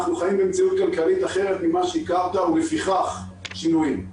אנחנו חיים במציאות כלכלית אחרת ממה שהכרת ולפיכך יש שינויים.